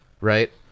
Right